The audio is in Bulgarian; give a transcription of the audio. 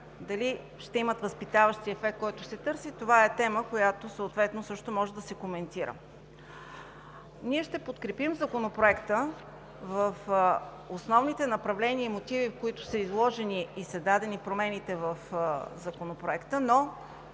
дали ще имат възпитаващия ефект, който се търси. Това е тема, която съответно също може да се коментира. Ние ще подкрепим Законопроекта в основните направления и мотиви, които са изложени, и дадените промени в него, но